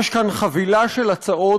יש כאן חבילה של הצעות